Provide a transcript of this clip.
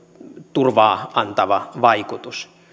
turvaa antava vaikutus